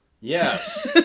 Yes